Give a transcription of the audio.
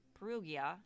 Perugia